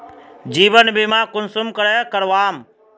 जीवन बीमा कुंसम करे करवाम?